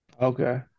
okay